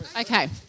Okay